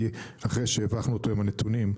כי אחרי שהבכנו אותו עם הנתונים,